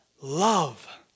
love